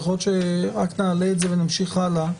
יכול להיות שרק נעלה את זה ונמשיך הלאה.